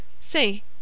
Say